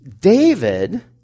David